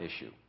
issue